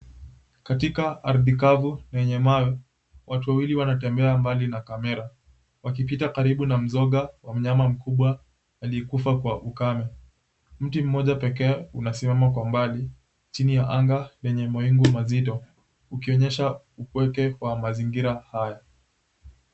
Katika ardhi kavu yenye mawe, watu wawili wanatembea mbali na kamera, wakipita karibu na mzoga wa mnyama mkubwa aliyekufa kwa ukame. Mti mmoja pekee unasimama kwa mbali chini ya anga lenye mawingu mazito ukionyesha upweke wa mazingira haya.